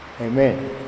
Amen